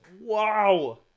wow